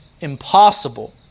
impossible